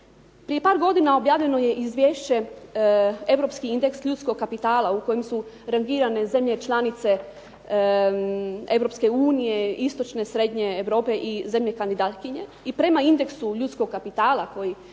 Prije par godina objavljeno je izvješće Europski indeks ljudskog kapitala u kojem su rangirane zemlje članice Europske unije, Istočne, Srednje Europe i zemlje kandidatkinje i prema indeksu ljudskog kapitala koji